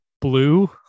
blue